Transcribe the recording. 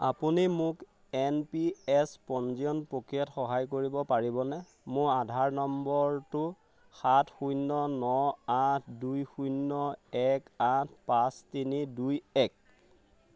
আপুনি মোক N P S পঞ্জীয়ন প্ৰক্ৰিয়াত সহায় কৰিব পাৰিবনে মোৰ আধাৰ নম্বৰটো সাত শূন্য ন আঠ দুই শূন্য এক আঠ পাঁচ তিনি দুই এক